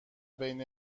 بین